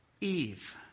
Eve